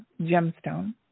gemstone